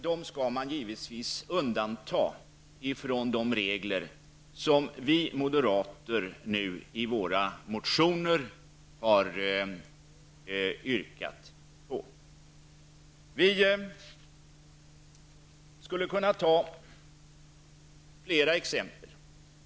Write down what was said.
De skall givetvis undantas från de regler som vi moderater har yrkat på i våra motioner. Vi kan ta flera exempel.